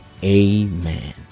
Amen